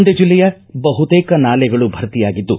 ಮಂಡ್ಯ ಜಿಲ್ಲೆಯ ಬಹುತೇಕ ನಾಲೆಗಳು ಭರ್ತಿಯಾಗಿದ್ದು